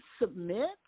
submit